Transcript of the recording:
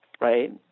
right